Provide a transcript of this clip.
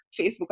Facebook